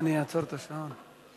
אני אעצור את השעון.